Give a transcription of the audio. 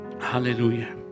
Hallelujah